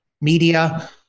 media